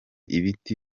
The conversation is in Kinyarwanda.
ibiti